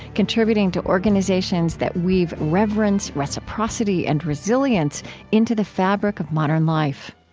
contributing to organizations that weave reverence, reciprocity, and resilience into the fabric of modern life